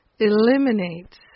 Eliminates